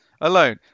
alone